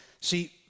See